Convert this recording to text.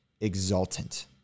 exultant